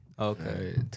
Okay